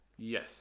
yes